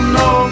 no